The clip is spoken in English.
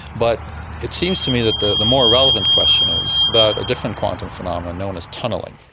but it seems to me that the the more relevant question is about a different quantum phenomenon known as tunnelling.